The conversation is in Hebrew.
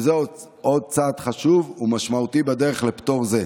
וזה עוד צעד חשוב ומשמעותי בדרך לפטור זה.